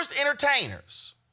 entertainers